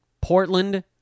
Portland